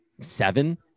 seven